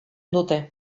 dute